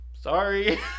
sorry